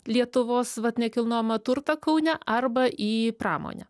lietuvos vat nekilnojamą turtą kaune arba į pramonę